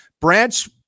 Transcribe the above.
Branch